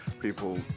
people